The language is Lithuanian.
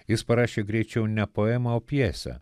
jis parašė greičiau ne poemą o pjesę